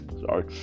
Sorry